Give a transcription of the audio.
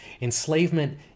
Enslavement